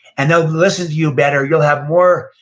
and they'll listen to you better. you'll have more,